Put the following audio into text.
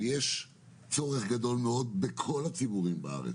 יש צורך גדול מאוד אצל כל הציבורים בארץ